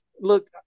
look